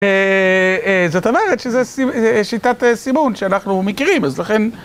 זאת אומרת שזו שיטת סימון שאנחנו מכירים, אז לכן...